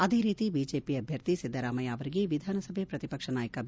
ಅದೇ ರೀತಿ ಬಿಜೆಪಿ ಅಭ್ಯರ್ಥಿ ಸಿದ್ದರಾಮಯ್ಯ ಅವರಿಗೆ ವಿಧಾನ ಸಭೆ ಪ್ರತಿಪಕ್ಷ ನಾಯಕ ಬಿ